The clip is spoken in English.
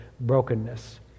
brokenness